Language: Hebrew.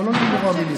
לא, לא נגמרו המילים.